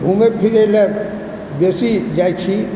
घूमै फिरै लेल बेसी जाइ छी